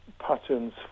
patterns